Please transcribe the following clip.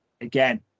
again